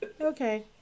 okay